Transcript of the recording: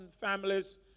families